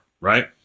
right